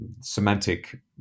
Semantic